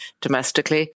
domestically